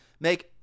make